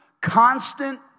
constant